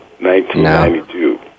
1992